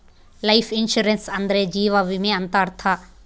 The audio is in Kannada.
ಲೈಫ್ ಇನ್ಸೂರೆನ್ಸ್ ಅಂದ್ರೆ ಜೀವ ವಿಮೆ ಅಂತ ಅರ್ಥ